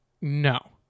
no